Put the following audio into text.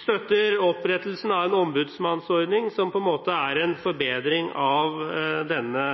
støtter opprettelsen av en ombudsmannsordning, som på en måte er en forbedring av denne